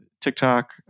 TikTok